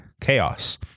chaos